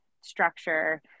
structure